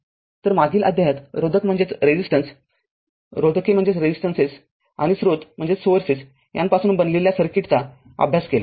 तर मागील अध्यायातरोधक रोधके आणि स्रोत यांपासून बनलेल्या सर्किटचा अभ्यास केला